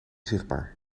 zichtbaar